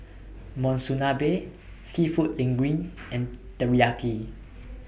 Monsunabe Seafood Linguine and Teriyaki